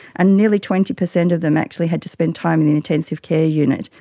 and nearly twenty percent of them actually had to spend time in an intensive care unit.